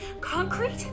Concrete